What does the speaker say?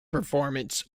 performance